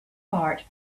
heart